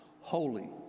holy